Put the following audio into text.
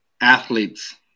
athletes